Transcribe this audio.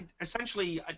Essentially